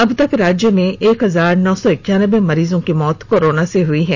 अबतक राज्य में एक हजार नौ सौ एक्यानबे मरीज की मौत कोरोना से हुई है